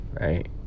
right